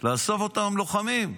לעשות אותם לוחמים,